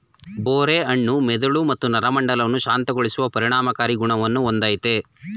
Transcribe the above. ಬೋರೆ ಹಣ್ಣು ಮೆದುಳು ಮತ್ತು ನರಮಂಡಲವನ್ನು ಶಾಂತಗೊಳಿಸುವ ಪರಿಣಾಮಕಾರಿ ಗುಣವನ್ನು ಹೊಂದಯ್ತೆ